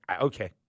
Okay